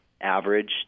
average